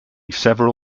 several